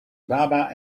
baba